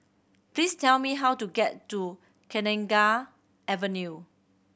please tell me how to get to Kenanga Avenue